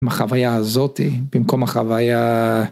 החוויה הזאתי במקום החוויה.